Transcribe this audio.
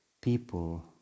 people